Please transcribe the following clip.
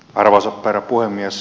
arvoisa herra puhemies